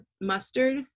mustard